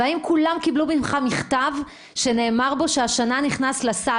והאם כולם קיבלו ממך מכתב שנאמר בו שהשנה נכנסה לסל